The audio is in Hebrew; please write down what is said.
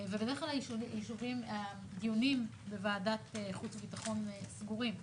ובדרך כלל הדיונים בוועדת החוץ והביטחון סגורים.